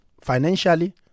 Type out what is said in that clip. financially